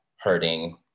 hurting